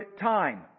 time